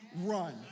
run